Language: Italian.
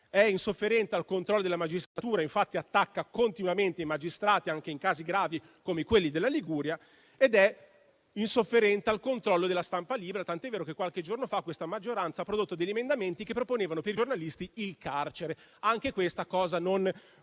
È insofferente al controllo della magistratura, tanto che attacca continuamente i magistrati, anche in casi gravi come quelli della Liguria. Ed è insofferente al controllo della stampa libera, tant'è vero che qualche giorno fa questa maggioranza ha proposto degli emendamenti che proponevano il carcere per i giornalisti, e anche questo non